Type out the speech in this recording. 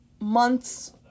months